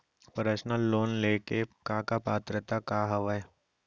Personal loan ले के का का पात्रता का हवय?